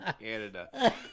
Canada